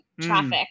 traffic